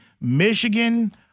Michigan